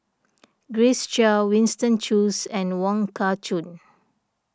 Grace Chia Winston Choos and Wong Kah Chun